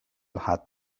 had